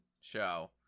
show